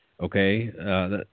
Okay